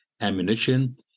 ammunition